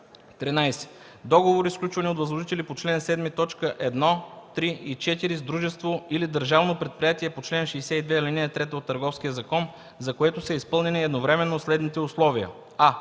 „13. договори, сключвани от възложители по чл. 7, т. 1, 3 и 4 с дружество, или държавно предприятие по чл. 62, ал. 3 от Търговския закон, за което са изпълнени едновременно следните условия: а)